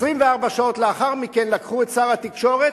24 שעות לאחר מכן לקחו את שר התקשורת,